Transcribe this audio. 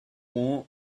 want